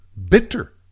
bitter